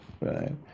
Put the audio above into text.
right